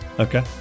Okay